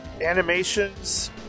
animations